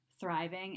thriving